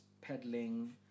peddling